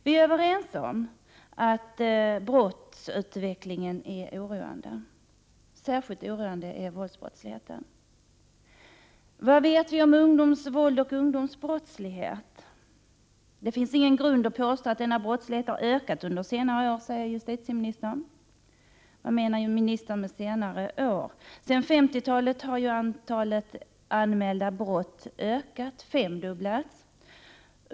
Vi är överens om att brottsutvecklingen är oroande. Särskilt oroande är Prot. 1988/89:51 våldsbrottsligheten. Vad vet vi om ungdomsvåld och ungdomsbrottslighet? 17januari 1989 Det finns inte någon grund för att påstå att denna brottslighet har ökat under senare år, säger justitieministern. Vad menar justitieministern med ”senare år”? Sedan 1950-talet har ju antalet anmälda brott ökat, femdubblats.